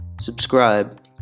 subscribe